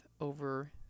over